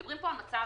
מדברים פה על מצב